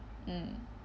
mm